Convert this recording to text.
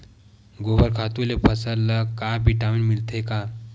गोबर खातु ले फसल ल का विटामिन मिलथे का?